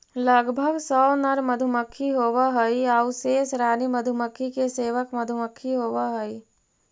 लगभग सौ नर मधुमक्खी होवऽ हइ आउ शेष रानी मधुमक्खी के सेवक मधुमक्खी होवऽ हइ